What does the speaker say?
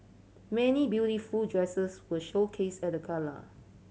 many beautiful dresses were showcase at the gala